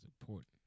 important